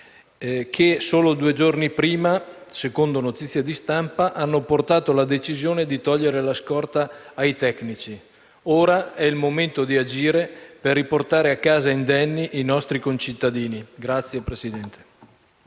che solo due giorni prima, secondo notizie di stampa, hanno portato alla decisione di togliere la scorta ai tecnici. Ora è il momento di agire per riportare a casa indenni i nostri concittadini.